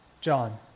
John